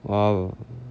!wow!